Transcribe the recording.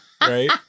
right